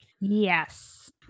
Yes